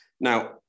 Now